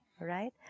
Right